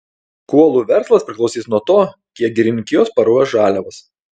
kuolų verslas priklausys nuo to kiek girininkijos paruoš žaliavos